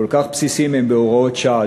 כל כך בסיסיים, הם בהוראות שעה.